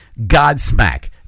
Godsmack